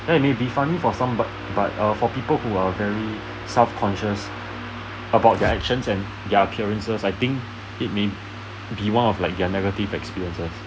ya it will be funny for some but but uh for people who are very self conscious about their actions and their appearances I think it may be one of like their negative experiences